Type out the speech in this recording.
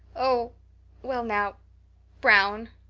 oh well now brown,